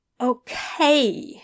Okay